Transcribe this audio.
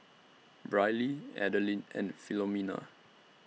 Briley Adeline and Philomena